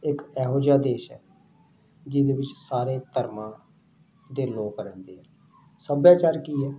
ਇੱਕ ਇਹੋ ਜਿਹਾ ਦੇਸ਼ ਹੈ ਜਿਹਦੇ ਵਿੱਚ ਸਾਰੇ ਧਰਮਾਂ ਦੇ ਲੋਕ ਰਹਿੰਦੇ ਸੱਭਿਆਚਾਰ ਕੀ ਹੈ